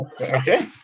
Okay